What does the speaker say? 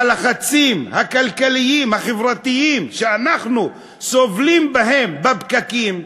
הלחצים הכלכליים-החברתיים שאנחנו סובלים מהם בפקקים,